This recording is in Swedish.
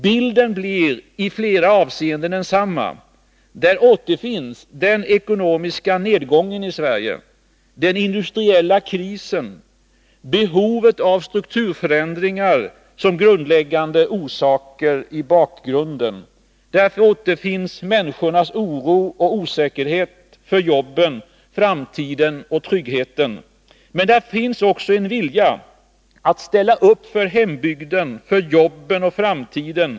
Bilden blir i flera avseenden densamma. Där återfinns den ekonomiska nedgången i Sverige, den industriella krisen, behovet av strukturförändringar som grundläggande orsaker i bakgrunden. Där återfinns människornas oro och osäkerhet, för jobben, framtiden, tryggheten. Men där finns också en vilja att ställa upp för hembygden, för jobben och framtiden.